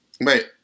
Wait